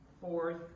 fourth